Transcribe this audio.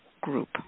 group